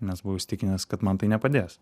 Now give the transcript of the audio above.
nes buvau įsitikinęs kad man tai nepadės